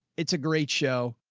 it's a great show.